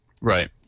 Right